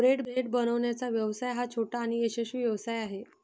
bread बनवण्याचा व्यवसाय हा छोटा आणि यशस्वी व्यवसाय आहे